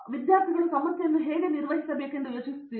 ಅಥವಾ ಅವರು ಹೇಗೆ ನಿರ್ವಹಿಸಬೇಕೆಂದು ಯೋಚಿಸುತ್ತಾರೆ